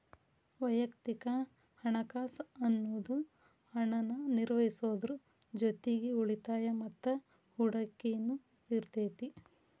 ವಯಕ್ತಿಕ ಹಣಕಾಸ್ ಅನ್ನುದು ಹಣನ ನಿರ್ವಹಿಸೋದ್ರ್ ಜೊತಿಗಿ ಉಳಿತಾಯ ಮತ್ತ ಹೂಡಕಿನು ಇರತೈತಿ